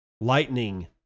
Lightning